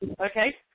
Okay